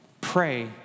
pray